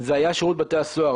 זה היה שירות בתי הסוהר.